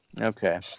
okay